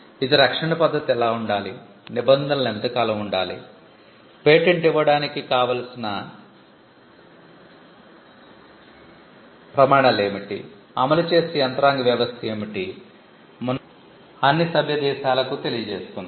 ఇది రక్షణ పద్ధతి ఎలా ఉండాలి నిబంధనలు ఎంతకాలం ఉండాలి పేటెంట్ ఇవ్వడానికి పాటించాల్సిన ప్రమాణాలు ఏమిటి అమలు చేసే యంత్రాంగ వ్యవస్థ ఏమిటి మున్నగు విషయాల గురించి అన్ని సభ్య దేశాలకు తెలియజేస్తుంది